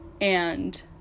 and-